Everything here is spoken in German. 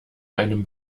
einem